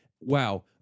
wow